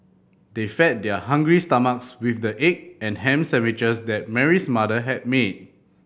they fed their hungry stomachs with the egg and ham sandwiches that Mary's mother had made